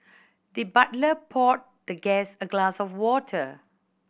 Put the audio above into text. the butler poured the guest a glass of water